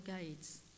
guides